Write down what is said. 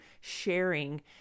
sharing